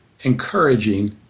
encouraging